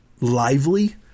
lively